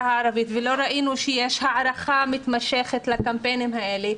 הערבית ולא ראינו שיש הארכה מתמשכת לקמפיינים האלה.